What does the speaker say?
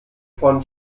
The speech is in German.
von